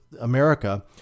America